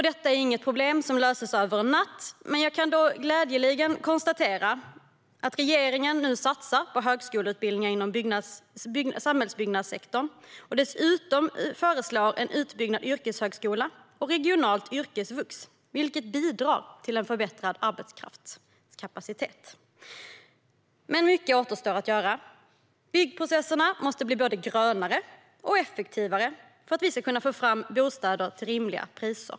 Detta är inget problem som löses över en natt, men jag kan glädjande nog konstatera att regeringen nu satsar på högskoleutbildning inom samhällsbyggnadssektorn och dessutom föreslår en utbyggnad av yrkeshögskolan och regionalt yrkesvux, vilket bidrar till en förbättrad arbetskraftskapacitet. Mycket återstår dock att göra. Byggprocesserna måste bli både grönare och effektivare för att vi ska kunna få fram bostäder till rimliga priser.